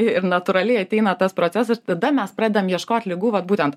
ir natūraliai ateina tas procesas tada mes pradedam ieškot ligų vat būtent